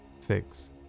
Fix